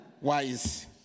Wise